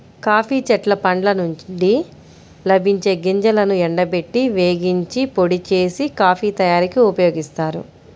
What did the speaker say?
coffee చెట్ల పండ్ల నుండి లభించే గింజలను ఎండబెట్టి, వేగించి, పొడి చేసి, కాఫీ తయారీకి ఉపయోగిస్తారు